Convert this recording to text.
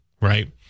right